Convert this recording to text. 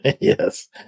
yes